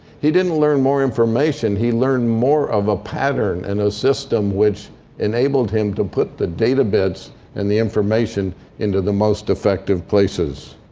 he didn't learn more information. he learned more of a pattern and a system which enabled him to put the data bits and the information into the most effective places.